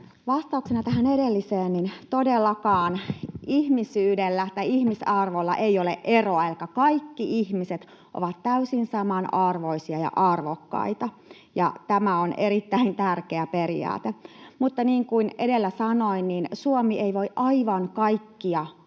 Vastauksena tähän edelliseen: Todellakaan ihmisyydellä tai ihmisarvolla ei ole eroa. Kaikki ihmiset ovat täysin saman arvoisia ja arvokkaita, ja tämä on erittäin tärkeä periaate. Mutta niin kuin edellä sanoin, Suomi ei voi aivan kaikkia ihmisiä